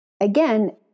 Again